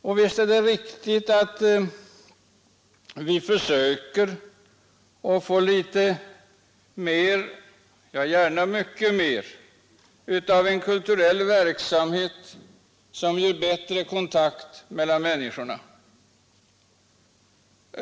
Men visst är det riktigt att vi försöker få litet mer — gärna mycket mer — av en kulturell verksamhet som ger bättre kontakt mellan människorna.